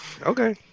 Okay